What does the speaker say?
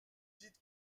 dites